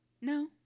No